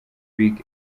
big